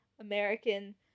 American